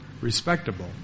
respectable